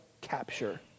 capture